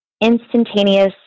instantaneous